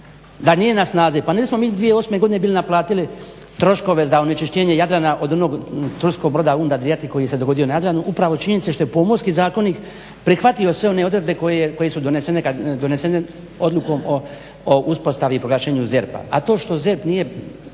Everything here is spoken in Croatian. da nije na snazi. Pa nismo mi 2008. godine bili naplatili troškove za onečišćenje Jadrana od onog turskog broda …/Govornik se ne razumije./… koji se dogodio na Jadranu upravo činjenice što je Pomorski zakonik prihvatio sve one odredbe koje su donesene odlukom o uspostavi i proglašenju ZERP-a.